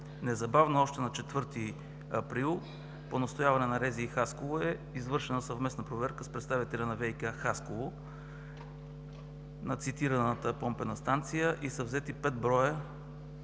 Незабавно още на 4 април по настояване на РЗИ-Хасково е извършена съвместна проверка с представители на ВИК-Хасково на цитираната Помпена станция и са взети пет броя